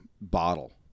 bottle